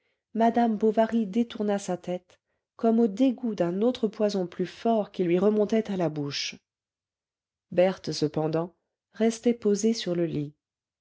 madame bovary détourna sa tête comme au dégoût d'un autre poison plus fort qui lui remontait à la bouche berthe cependant restait posée sur le lit